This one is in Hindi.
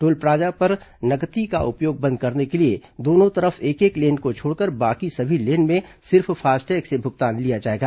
टोल प्लाजा पर नकदी का उपयोग बंद करने के लिए दोनों तरफ एक एक लेन को छोड़कर बाकी सभी लेन में सिर्फ फास्टैग से भुगतान लिया जाएगा